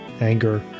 anger